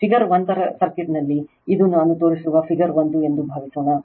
figure 1 ರ ಸರ್ಕ್ಯೂಟ್ನಲ್ಲಿ ಇದು ನಾನು ತೋರಿಸುವ ಫಿಗರ್ 1 ಎಂದು ಭಾವಿಸೋಣ